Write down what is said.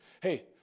Hey